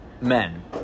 Men